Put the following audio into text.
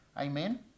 Amen